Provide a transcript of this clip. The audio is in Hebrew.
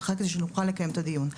כדי שנוכל לקיים את הדיון.